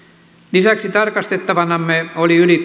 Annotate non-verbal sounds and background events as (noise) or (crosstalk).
lisäksi tarkastettavanamme oli yli (unintelligible)